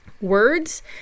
Words